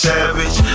Savage